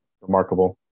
remarkable